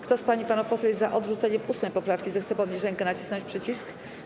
Kto z pań i panów posłów jest za odrzuceniem 8. poprawki, zechce podnieść rękę i nacisnąć przycisk.